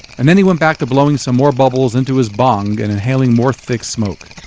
and then he went back to blowing some more bubbles into his bong and inhaling more thick smoke